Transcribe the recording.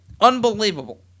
Unbelievable